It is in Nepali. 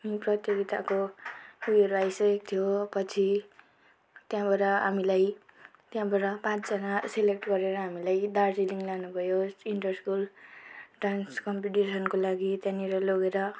प्रतियोगिताको उयोहरू आइसकेको थियो पछि त्यहाँबाट हामीलाई त्यहाँबाट पाँचजना सेलेक्ट गरेर हामीलाई दार्जिलिङ लानुभयो इन्टर स्कुल डान्स कम्पिटिसनको लागि त्यहाँनिर लगेर